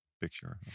picture